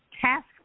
task